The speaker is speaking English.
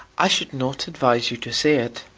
i should not advise you to say it.